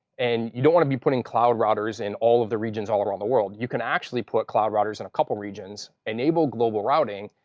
and you don't want to be putting cloud routers in all of the regions all around the world, you can actually put cloud routers in a couple of regions, enable global routing,